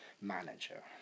manager